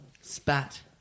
spat